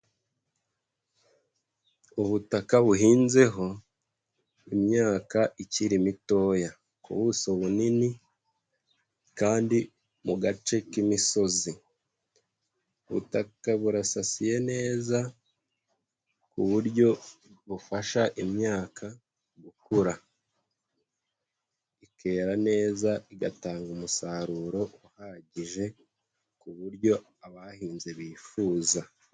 Ubutaka buhinzeho, imyaka ikiri mitoya, ku buso bunini, kandi mu gace k'imisozi. Ubutaka burasasiye neza, ku buryo bufasha imyaka gukura. Ikera neza igatanga umusaruro uhagije, ku buryo abahinze bifuza.